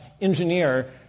engineer